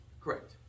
correct